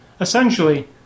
essentially